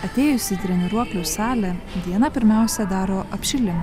atėjus į treniruoklių salę diana pirmiausia daro apšilimą